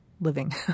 living